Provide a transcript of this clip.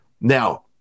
Now